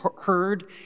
heard